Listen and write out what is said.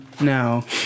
now